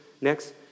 next